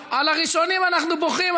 על הראשונים אנחנו בוכים,